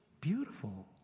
beautiful